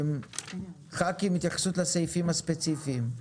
ח"כים, התייחסות לסעיפים הספציפיים?